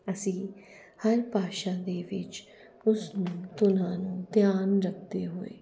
ਅਸੀਂ ਹਰ ਭਾਸ਼ਾ ਦੇ ਵਿੱਚ ਉਸ ਨੂੰ ਪੂਰਾ ਧਿਆਨ ਰੱਖਦੇ ਹੋਏ